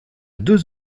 deux